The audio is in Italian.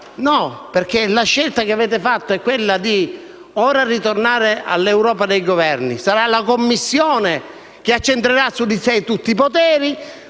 No, perché la scelta che avete fatto ora è di tornare all'Europa dei Governi. Sarà la Commissione che accentrerà su di sé tutti i poteri